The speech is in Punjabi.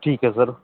ਠੀਕ ਹੈ ਸਰ